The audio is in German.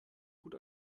gut